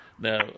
Now